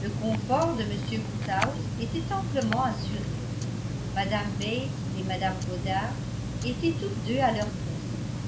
le confort de m woodhouse était amplement assuré mme bates et mme goddard étaient toutes deux à leur poste